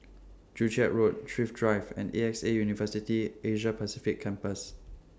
Joo Chiat Road Thrift Drive and A X A University Asia Pacific Campus